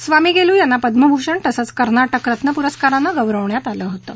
स्वामीगेलू यांना पद्मभूषण तसंच कर्नाटक रत्न पुरस्कारानं गौरवण्यात आलं होतं